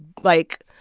like,